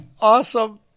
Awesome